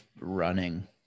running